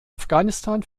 afghanistan